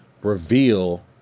reveal